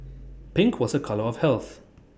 pink was A colour of health